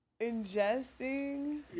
Ingesting